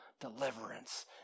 deliverance